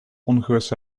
ongewisse